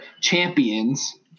champions